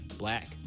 Black